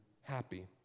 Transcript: happy